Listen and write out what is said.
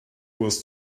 was